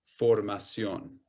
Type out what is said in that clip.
formación